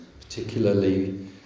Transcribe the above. particularly